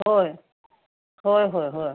होय होय होय होय